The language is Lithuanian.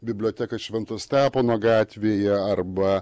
biblioteką švento stepono gatvėje arba